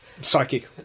Psychic